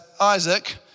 Isaac